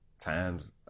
times